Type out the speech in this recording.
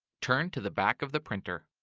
turn to the back of the printer.